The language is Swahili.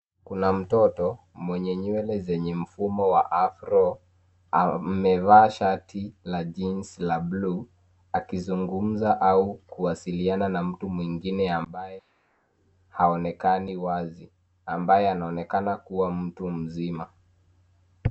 Kuuna mtoto mwenye nywele zenye mfumo wa afro amevaa shato la jeans la buluu akizungumza au kuwasiliana na mtu mwingine ambaye haonekani wazi ambaye anaonekana kuwa mtu mzima